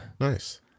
Nice